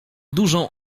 dużą